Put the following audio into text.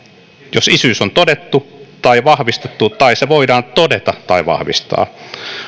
jos isyys on todettu tai vahvistettu tai se voidaan todeta tai vahvistaa